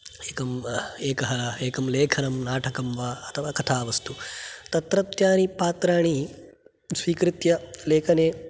एकं एकः एकं लेखनं नाटकं वा कथावस्तु तत्रत्यानि पात्राणि स्वीकृत्य लेखने